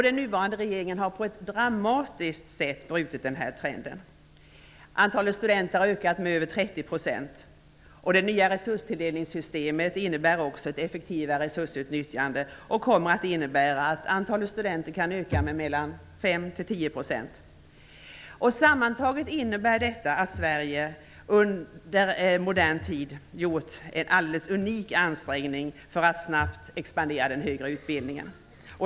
Den nuvarande regeringen har på ett dramatiskt sätt brutit denna trend. Antalet studenter har ökat med över 30 %. Det nya resurstilldelningssystemet innebär också ett effektivare resursutnyttjande och kommer att innebära att antalet studenter kan öka med 5-- 10 %. Sammantaget innebär detta att Sverige har gjort en i modern tid alldeles unik ansträngning för att snabbt expandera den högre utbildningen.